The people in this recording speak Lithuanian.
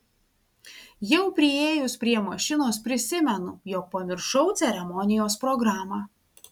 jau priėjus prie mašinos prisimenu jog pamiršau ceremonijos programą